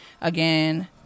again